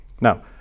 Now